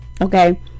Okay